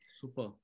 Super